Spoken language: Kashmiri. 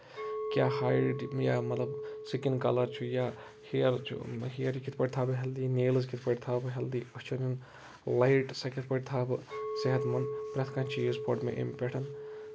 کیاہ ہایِٹ یا مطلب سِکِن کَلر چھُ یا ہیر چھُ ہِیَر کِتھ پٲٹھۍ تھاو بہٕ ہیلدی نیلٔز کِتھ پٲٹھۍ تھاو بہٕ ہیلدی أچھن ہُنٛد لایِٹ سۄ کِتھ پٲٹھۍ تھاو بہٕ صحت منٛد پرٮ۪تھ کانٛہہ چیٖز پوٚر مےٚ اَمہِ پٮ۪ٹھ تہٕ